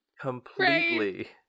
Completely